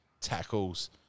tackles